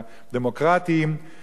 אז אפשר לחיות הרבה שנים,